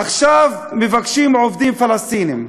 עכשיו מבקשים עובדים פלסטינים.